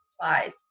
supplies